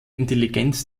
intelligenz